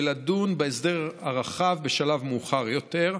ולדון בהסדר הרחב בשלב מאוחר יותר.